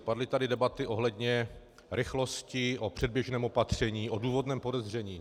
Padly tady debaty ohledně rychlosti, o předběžném opatření, o důvodném podezření.